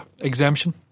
exemption